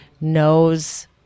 knows